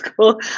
cool